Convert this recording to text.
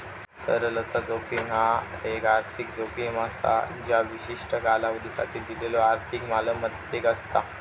तरलता जोखीम ह्या एक आर्थिक जोखीम असा ज्या विशिष्ट कालावधीसाठी दिलेल्यो आर्थिक मालमत्तेक असता